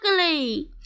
ugly